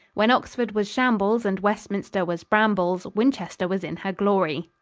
when oxford was shambles and westminster was brambles, winchester was in her glory.